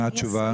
אני חושבת